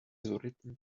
written